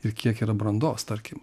ir kiek yra brandos tarkim